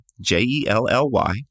J-E-L-L-Y